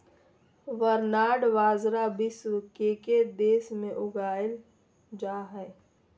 barnyard बाजरा विश्व के के देश में उगावल जा हइ